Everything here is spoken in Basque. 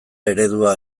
eredua